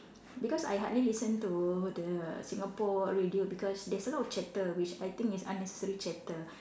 because I hardly listen to the Singapore radio because there's a lot of chatter which I think is unnecessary chatter